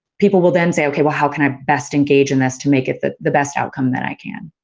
people will then say, okay, well how can i best engage in this to make it the the best outcome that i can?